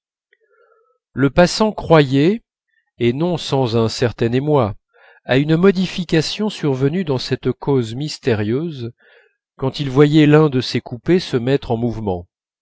le passant croyait et non sans un certain émoi à une modification survenue dans cette cause mystérieuse quand il voyait l'un de ces coupés se mettre en mouvement